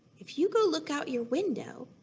if you go look out your window,